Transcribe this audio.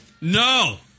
No